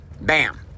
Bam